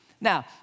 Now